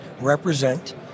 represent